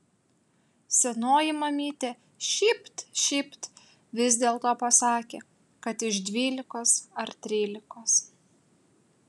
senoji mamytė šypt šypt vis dėlto pasakė kad iš dvylikos ar trylikos